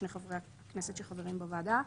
שני חברי הכנסת שחברים בוועדה,